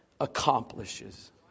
accomplishes